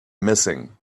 missing